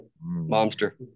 Monster